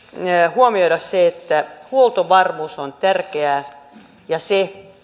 huomioida se että huoltovarmuus on tärkeää ja se